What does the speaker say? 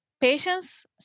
patients